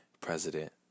president